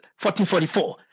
1444